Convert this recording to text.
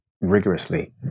rigorously